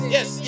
Yes